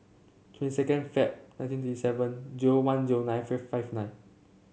twenty second Feb nineteen thirty seven zero one zero nine fifth five nine